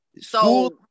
So-